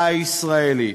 בחברה הישראלית.